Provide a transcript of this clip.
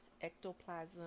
ectoplasm